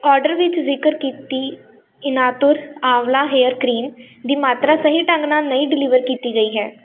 order ਵਿੱਚ ਜ਼ਿਕਰ ਕੀਤੀ ਇਨਾਤੁਰ ਆਂਵਲਾ ਹੇਅਰ ਕਰੀਮ ਦੀ ਮਾਤਰਾ ਸਹੀ ਢੰਗ ਨਾਲ ਨਹੀਂ ਡਿਲੀਵਰ ਕੀਤੀ ਗਈ ਹੈ